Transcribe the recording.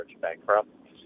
bankrupt